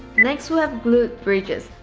next we have glute bridges.